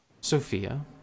Sophia